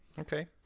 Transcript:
Okay